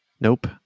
nope